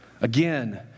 Again